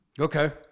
Okay